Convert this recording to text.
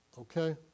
Okay